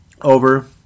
over